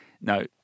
No